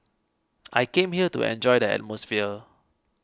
I came here to enjoy the atmosphere